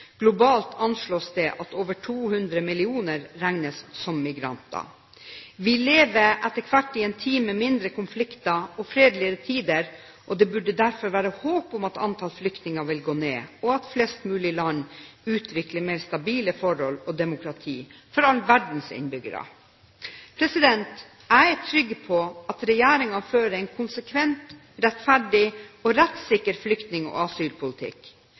Globalt anslås det at over 200 millioner regnes som migranter. Vi lever etter hvert i en tid med mindre konflikter og fredeligere tider, og det burde derfor være håp om at antall flyktninger vil gå ned, og at flest mulig land utvikler mer stabile forhold og demokrati for all verdens innbyggere. Jeg er trygg på at regjeringen fører en konsekvent, rettferdig og rettssikker flyktning- og asylpolitikk.